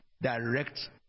direct